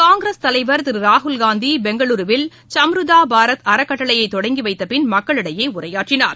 காங்கிரஸ் தலைவர் திரு ராகுல்காந்தி பெங்களுருவில் சம்ருதாபாரத் அறக்கட்டளையை தொடங்கிவைத்தபின் மக்களிடையே உரையாற்றினார்